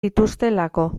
dituztelako